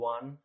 One